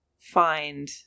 find